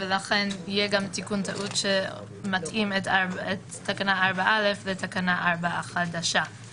ולכן יהיה גם תיקון טעות שמתאים את תקנה 4(א) לתקנה 4 החדשה.